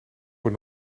word